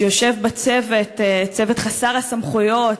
שיושב בצוות חסר הסמכויות,